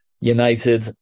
United